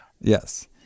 Yes